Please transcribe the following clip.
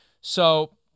So-